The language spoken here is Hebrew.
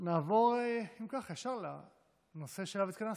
נעבור, אם כך, ישר לנושא שלשמו התכנסנו,